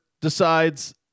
decides